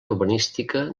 urbanística